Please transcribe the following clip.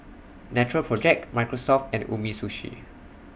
Natural Project Microsoft and Umisushi